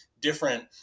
different